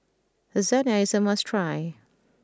Lasagne is a must try